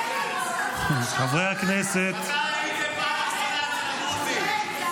--- מתי הייתם בפעם האחרונה אצל הדרוזים?